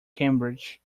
cambridge